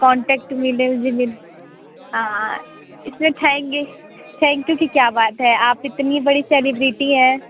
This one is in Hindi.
कॉन्टैक्ट मिले मुझे मिल हाँ इसमें थैंग थैंक यू की क्या बात है आप इतनी बड़ी सेलिब्रिटी हैं